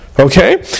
Okay